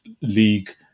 league